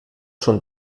schon